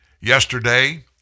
Yesterday